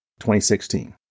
2016